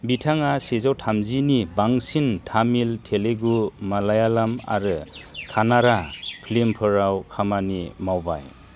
बिथाङा सेजौ थामजिनि बांसिन तामिल तेलुगु मलायालाम आरो कन्नड़ा फिल्मफोराव खामानि मावबाय